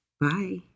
Bye